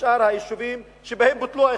בשאר היישובים שבהם בוטלו האיחודים?